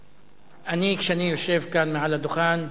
אני, כשאני יושב כאן על הדוכן,